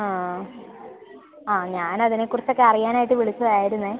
ആ അ ഞാൻ അതിനെക്കുറിച്ചൊക്കെ അറിയാനായിട്ട് വിളിച്ചതായിരുന്നേ